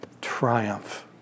triumph